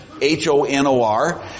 H-O-N-O-R